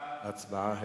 ההצבעה החלה.